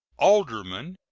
alderman,